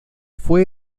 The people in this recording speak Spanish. fue